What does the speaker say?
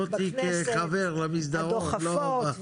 הדוחפות,